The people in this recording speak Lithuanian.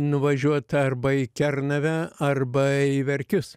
nuvažiuot arba į kernavę arba į verkius